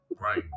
Right